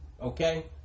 Okay